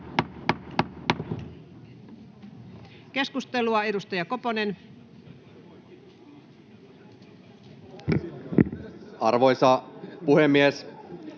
Keskustelua, edustaja Koponen. Arvoisa puhemies!